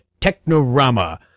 Technorama